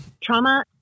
trauma